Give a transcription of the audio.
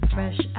Fresh